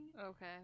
Okay